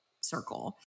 circle